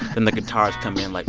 then the guitars come in, like